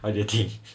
what do you think